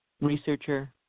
researcher